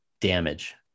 Damage